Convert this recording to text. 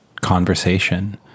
conversation